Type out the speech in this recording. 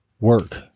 work